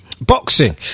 Boxing